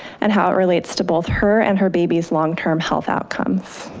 and how it relates to both her and her baby's long term health outcomes.